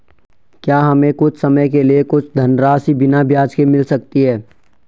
क्या हमें कुछ समय के लिए कुछ धनराशि बिना ब्याज के मिल सकती है?